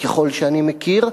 ככל שאני מכיר,